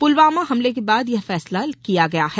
पुलवामा हमले के बाद यह फैसला किया गया है